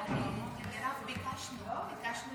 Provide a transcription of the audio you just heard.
ממשלת אימים,